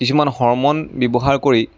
কিছুমান হৰম'ন ব্যৱহাৰ কৰি